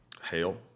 Hell